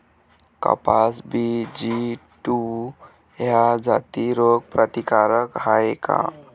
कपास BG two ह्या जाती रोग प्रतिकारक हाये का?